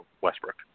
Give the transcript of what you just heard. Westbrook